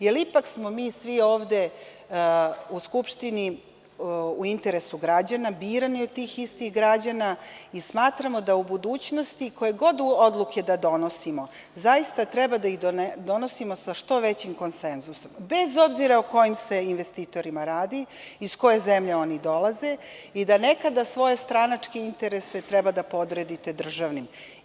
Jer, ipak smo mi svi ovde u Skupštini u interesu građana, birani od tih istih građana i smatramo da u budućnosti, koje god odluke da donosimo, zaista treba da ih donosimo sa što većim konsenzusom, bez obzira o kojim se investitorima radi, iz koje zemlje oni dolaze i da nekada svoje stranačke interese treba da podredite državnim.